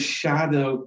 shadow